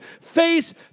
face